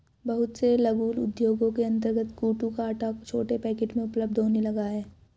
बहुत से लघु उद्योगों के अंतर्गत कूटू का आटा छोटे पैकेट में उपलब्ध होने लगा है